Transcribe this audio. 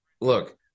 look